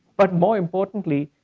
but more importantly,